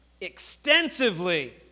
extensively